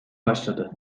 başladı